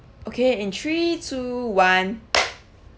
okay in three two one